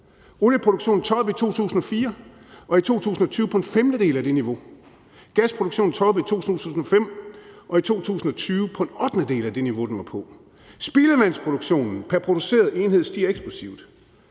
Olieproduktionen toppede i 2004 og lå i 2020 på en femtedel af det niveau. Gasproduktionen toppede i 2005 og lå i 2020 på en ottendedel af det niveau, den var på. Spildevandsproduktionen pr. produceret enhed stiger eksplosivt.